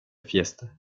fiesta